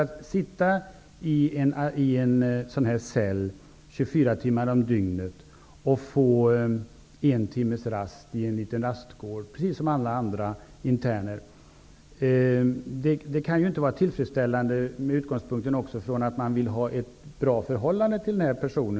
Att sitta i en sådan cell 24 timmar om dygnet med en timmes rast på en rastgård -- precis som alla andra interner -- kan ju inte vara tillfredsställande. Utgångspunkten är ju att ha ett bra förhållande till denna person.